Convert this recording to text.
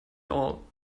all